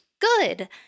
Good